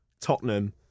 Tottenham